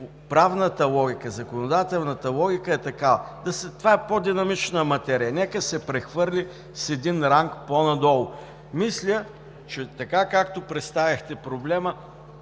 правната логика, законодателната логика е такава. Това е по-динамична материя. Нека се прехвърли с един ранг по-надолу. Както представихте проблема,